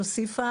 היא הוסיפה,